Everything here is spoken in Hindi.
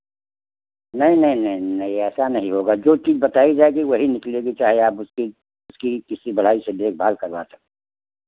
नहीं नहीं नहीं नहीं ऐसा नहीं होगा जो चीज़ बताई जाएगी वही निकलेगी चाहे आप उसकी उसकी किसी से देखभाल करवा सके